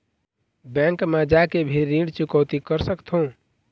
Bank मा जाके भी ऋण चुकौती कर सकथों?